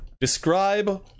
describe